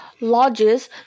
lodges